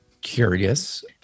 curious